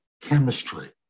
chemistry